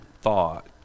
thought